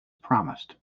promised